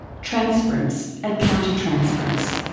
transference and countertransference.